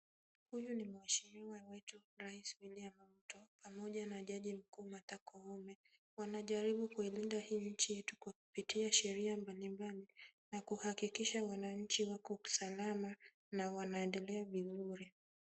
Huyu ni mheshimiwa wetu Rais William Ruto pamoja na jaji mkuu Martha Koome wanajaribu kuilinda hii nchi yetu kwa kupitia sheria mbalimbali na kuhakikisha wananchi wako salama na wanaendelea vizuri.